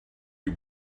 you